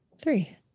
three